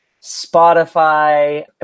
Spotify